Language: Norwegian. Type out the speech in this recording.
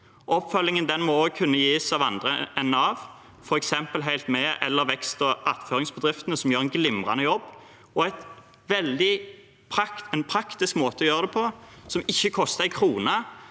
Oppfølgingen må også kunne gis av andre enn Nav, f.eks. Helt Med eller vekstog attføringsbedriftene, som gjør en glimrende jobb. En praktisk måte å gjøre det på, som ikke koster en krone,